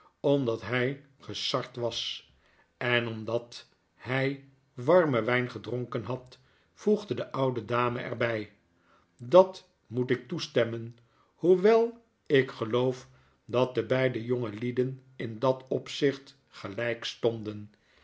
omdat hy gesard was en omdat hy warmen wp gedronken had voegde de oude dame er by dat moet ik toestemmen hoewel ik geloof dat de beide jongelieden in dat opzicht gelijk stonden